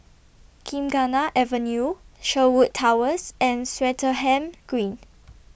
Gymkhana Avenue Sherwood Towers and Swettenham Green